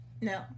No